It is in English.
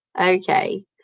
Okay